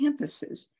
campuses